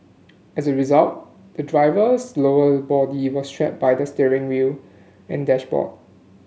as a result the driver's lower body was trapped by the steering wheel and dashboard